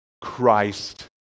Christ